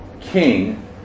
king